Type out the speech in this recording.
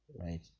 right